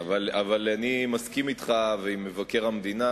אני מסכים אתך ועם מבקר המדינה,